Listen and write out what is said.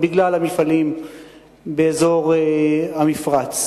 בגלל המפעלים באזור המפרץ.